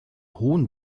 hohen